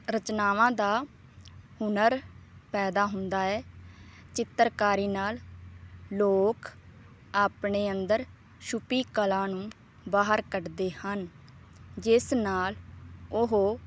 ਰਚਨਾਵਾਂ ਦਾ ਹੁਨਰ ਪੈਦਾ ਹੁੰਦਾ ਹੈ ਚਿੱਤਰਕਾਰੀ ਨਾਲ ਲੋਕ ਆਪਣੇ ਅੰਦਰ ਛੁਪੀ ਕਲਾ ਨੂੰ ਬਾਹਰ ਕੱਢਦੇ ਹਨ ਜਿਸ ਨਾਲ ਉਹ